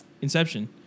inception